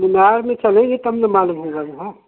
मीनार में चलेंगे तब ना मालूम होगा ना हाँ